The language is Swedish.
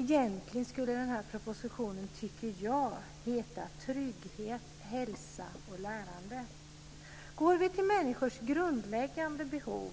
Egentligen skulle den här propositionen, tycker jag, hetat Trygghet, hälsa och lärande. Av människor grundläggande behov